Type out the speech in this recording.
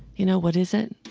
you know, what is it?